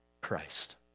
Christ